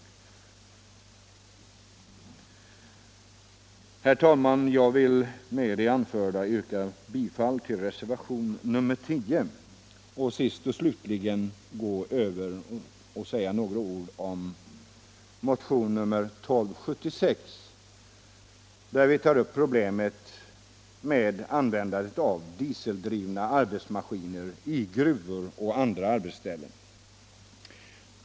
Herr talman! Jag vill med det anförda yrka bifall till reservationen 10. Sist och slutligen vill jag säga några ord om motionen 1276, där vi tar upp problemen med användandet av dieseldrivna arbetsmaskiner i gruvor och på andra arbetsställen.